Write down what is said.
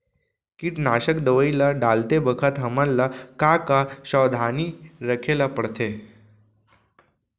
कीटनाशक दवई ल डालते बखत हमन ल का का सावधानी रखें ल पड़थे?